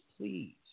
please